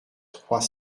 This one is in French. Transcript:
trois